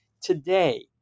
Today